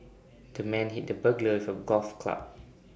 the man hit the burglar with A golf club